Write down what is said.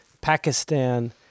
Pakistan